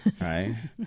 right